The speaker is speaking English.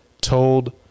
told